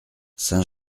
saint